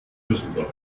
düsseldorf